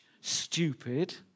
stupid